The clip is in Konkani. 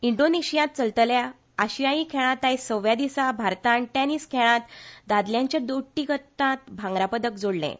इंडोनेशीयांत चलतल्या आशियायी खेळांत आयज सव्या दिसा भारतान टॅनिस खेळांत दादल्यांच्या दोट्टी गटांत भांगरा पदक जोडलें